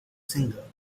singer